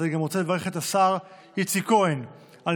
אז אני רוצה לברך גם את השר איציק כהן על